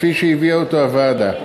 כפי שהביאה אותו הוועדה.